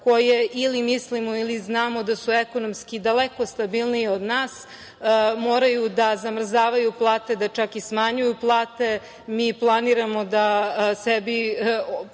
koje ili mislimo ili znamo da su ekonomski daleko stabilnije od nas, moraju da zamrzavaju plate, da čak i smanjuju plate, mi planiramo da sebi